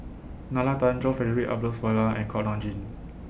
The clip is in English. Nalla Tan John Frederick Adolphus Mcnair and Kuak Nam Jin